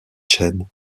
chen